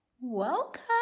welcome